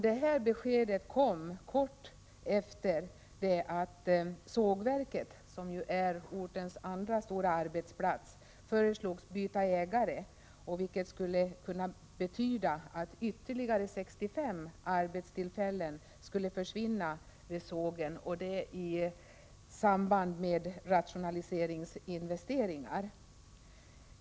Detta besked kom kort tid efter det att sågverket, som är ortens andra stora arbetsplats, föreslogs byta ägare, vilket kunde betyda att ytterligare 65 arbetstillfällen skulle försvinna vid sågen i samband med rationaliseringsinvesteringar.